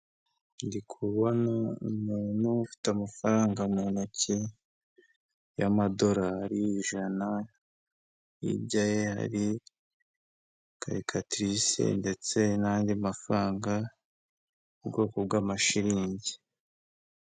Ndikubona umuntu ufite amafaranga mu ntoki y'amadolari ijana hijya ye hari karikatirisi ndetse n'andi mafaranga ubwoko bw'amashiringi.